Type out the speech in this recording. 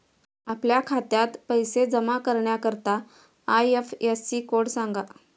आपल्या खात्यात पैसे जमा करण्याकरता आय.एफ.एस.सी कोड सांगा